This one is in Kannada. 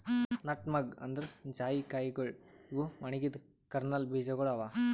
ನಟ್ಮೆಗ್ ಅಂದುರ್ ಜಾಯಿಕಾಯಿಗೊಳ್ ಇವು ಒಣಗಿದ್ ಕರ್ನಲ್ ಬೀಜಗೊಳ್ ಅವಾ